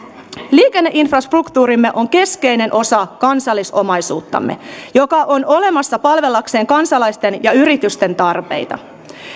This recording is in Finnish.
liikenneinfrastruktuurimme on keskeinen osa kansallisomaisuuttamme joka on olemassa palvellakseen kansalaisten ja yritysten tarpeita